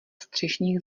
střešních